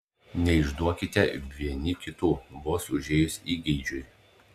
neišduokite vieni kitų vos užėjus įgeidžiui